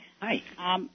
Hi